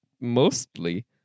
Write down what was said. mostly